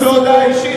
זה לא הודעה אישית.